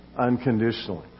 unconditionally